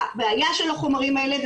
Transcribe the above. הבעיה של החומרים האלה,